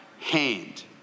hand